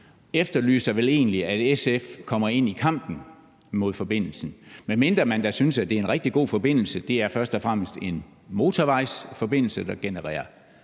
efterlyser vel egentlig, at SF kommer ind i kampen mod forbindelsen, medmindre man da synes, at det er en rigtig god forbindelse. Det er først og fremmest en motorvejsforbindelse, der hen